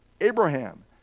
Abraham